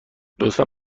لطفا